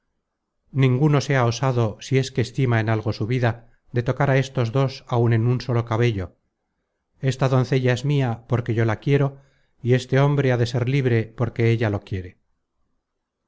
ninguno sea osado si es que estima en algo su vida de tocar á estos dos áun en un solo cabello esta doncella es mia porque yo la quiero y este hombre ha de ser libre porque ella lo quiere